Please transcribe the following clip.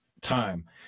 time